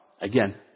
again